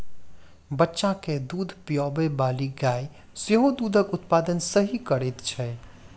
बच्चा के दूध पिआबैबाली गाय सेहो दूधक उत्पादन सही करैत छै